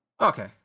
okay